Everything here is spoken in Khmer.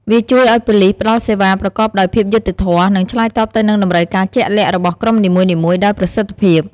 វាជួយឱ្យប៉ូលិសផ្តល់សេវាប្រកបដោយ ភាពយុត្តិធម៌ និងឆ្លើយតបទៅនឹងតម្រូវការជាក់លាក់របស់ក្រុមនីមួយៗដោយប្រសិទ្ធភាព។